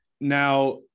Now